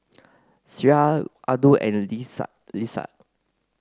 Syirah Abdul and Lestari Lestari